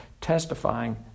testifying